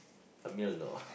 a meal of